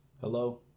Hello